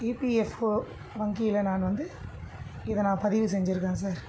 EPFO வங்கியில் நான் வந்து இதை நான் பதிவு செஞ்சிருக்கேன் சார்